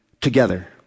together